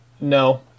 No